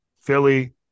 Philly